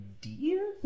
dear